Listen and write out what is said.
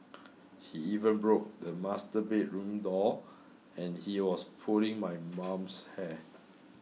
he even broke the master bedroom door and he was pulling my mum's hair